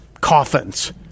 coffins